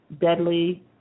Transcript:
deadly